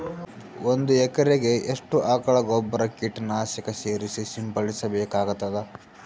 ಒಂದು ಎಕರೆಗೆ ಎಷ್ಟು ಆಕಳ ಗೊಬ್ಬರ ಕೀಟನಾಶಕ ಸೇರಿಸಿ ಸಿಂಪಡಸಬೇಕಾಗತದಾ?